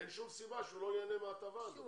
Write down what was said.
אין שום סיבה שהוא לא ייהנה מההטבה הזאת.